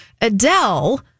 Adele